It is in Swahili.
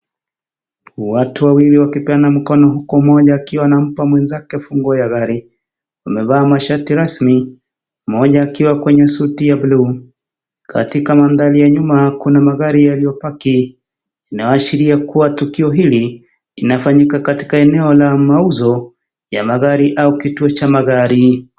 Watu wawili wakishikana mikono huku mmmoja akiwa anampa mwenzake funguo ya gari. Wamevaa mashati rasmi mmoja akiwa kwenye suti ya buluu. Katika mandhari ya nyuma kuna magari yaliyopaki. Inaashiria kuwa tukio hili inafanyika katika eneo la mauzo au kituo cha magari.